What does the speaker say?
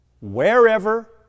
wherever